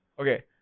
Okay